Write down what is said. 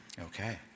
Okay